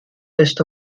list